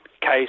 case